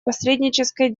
посреднической